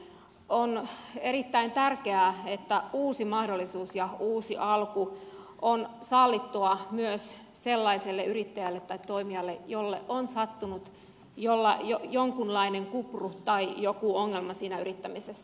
on erittäin tärkeää että uusi mahdollisuus ja uusi alku on sallittua myös sellaiselle yrittäjälle tai toimijalle jolle on sattunut jonkunlainen kupru tai joku ongelma siinä yrittämisessä